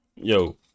Yo